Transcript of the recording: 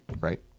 right